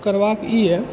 करबाके ई अइ